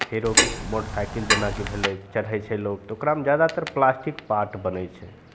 hero motorcycle जेनाकि भेलै चढ़ै छै लोक तऽ ओकरामे जादातर प्लास्टिक पार्ट बनै छै